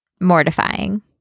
Mortifying